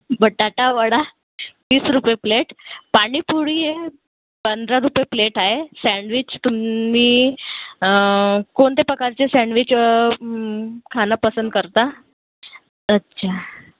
बटाटावडा तीस रुपये प्लेट पाणी पुरी आहे पंधरा रुपये प्लेट आहे सँडविच तुम्ही कोणते प्रकारचे सँडविचं खाणं पसंत करता अच्छा